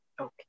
Okay